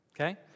okay